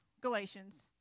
Galatians